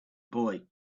boy